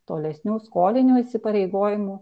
tolesnių skolinių įsipareigojimų